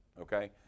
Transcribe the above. okay